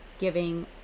giving